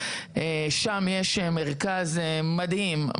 שם יש מרכז מדהים,